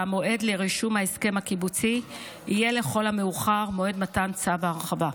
והמועד לרישום ההסכם הקיבוצי יהיה לכל המאוחר מועד מתן צו ההרחבה.